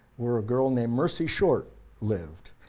where a girl named mercy short lived.